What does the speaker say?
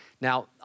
Now